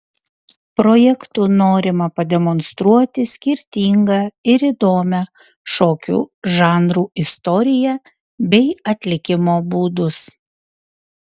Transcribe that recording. projektu norima pademonstruoti skirtingą ir įdomią šokių žanrų istoriją bei atlikimo būdus